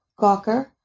Gawker